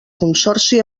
consorci